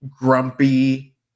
grumpy